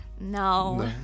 No